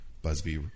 Busby